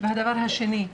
והדבר השני,